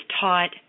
taught